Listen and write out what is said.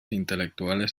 intelectuales